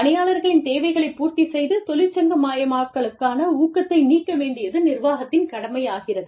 பணியாளரின் தேவைகளை பூர்த்தி செய்து தொழிற்சங்கமயமாக்கலுக்கான ஊக்கத்தை நீக்க வேண்டியது நிர்வாகத்தின் கடமையாகிறது